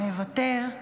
מוותר,